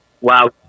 Wow